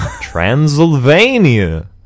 Transylvania